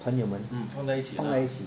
朋友们放在一起